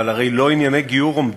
אתה יודע מה זה לופה, נכון?